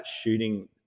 shooting